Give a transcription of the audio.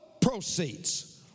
proceeds